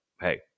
hey